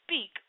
speak